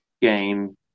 game